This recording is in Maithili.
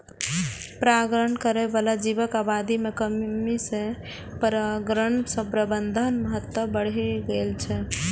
परागण करै बला जीवक आबादी मे कमी सं परागण प्रबंधनक महत्व बढ़ि गेल छै